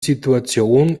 situation